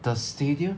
the stadium